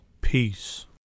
Peace